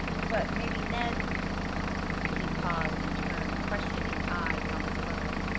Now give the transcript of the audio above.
but maybe ned he paused and turned questioning eyes on his brother.